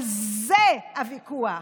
על זה הוויכוח.